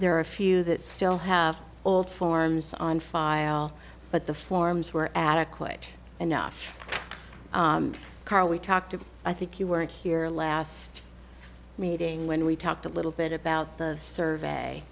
there are a few that still have all forms on file but the forms were adequate enough car we talked of i think you weren't here last meeting when we talked a little bit about the survey